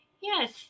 Yes